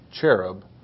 cherub